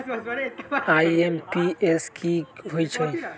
IMPS की होईछइ?